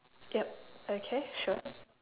yup okay sure